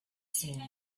seen